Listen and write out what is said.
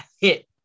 hit